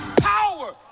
Power